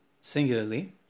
singularly